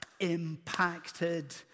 impacted